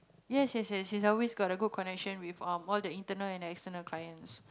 yes yes yes he's always got a good connection with um all the internal and external clients